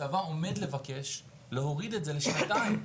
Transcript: הצבא עומד לבקש להוריד את זה לשנתיים.